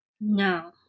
no